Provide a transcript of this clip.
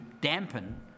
dampen